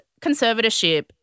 conservatorship